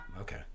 Okay